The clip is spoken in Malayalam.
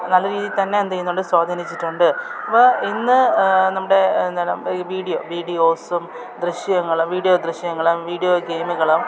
നല്ല രീതിയിൽ തന്നെ എന്ത് ചെയ്യുന്നണ്ട് സ്വാധീനിച്ചിട്ടുണ്ട് അപ്പം ഇന്ന് നമ്മുടെ എന്താണ് വീഡിയോ വീഡിയോസും ദൃശ്യങ്ങളും വീഡിയോ ദൃശ്യങ്ങളും വീഡിയോ ഗെയിമുകളും